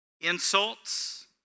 insults